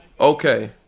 Okay